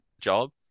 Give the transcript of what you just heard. job